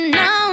no